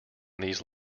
these